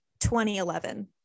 2011